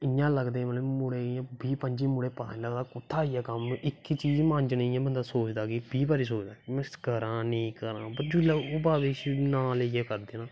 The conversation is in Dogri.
इयां लगदा बीह् पंज्जी मुड़े पता नी लगदा कुत्थां दा आईया कम्म इक चीज़ मांजनें कन्नैं फ्ही पता लग्गदा ऐ करां नेंई करा पर ओह् बाबे दे नां कन्नैं करां